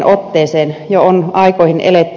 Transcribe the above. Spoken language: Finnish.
jo on aikoihin eletty